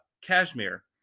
cashmere